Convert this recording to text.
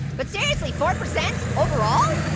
but seriously, four percent overall?